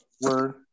Word